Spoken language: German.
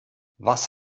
was